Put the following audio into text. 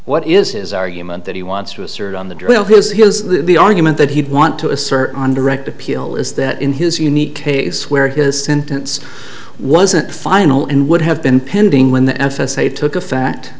t is his argument that he wants to assert on the drill because he has the argument that he'd want to assert on direct appeal is that in his unique case where his sentence wasn't final and would have been pending when the f s a took a fa